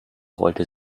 rollte